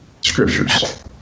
scriptures